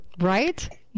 Right